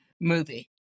movie